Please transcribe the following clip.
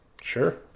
Sure